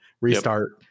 restart